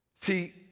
See